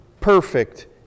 perfect